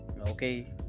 Okay